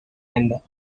and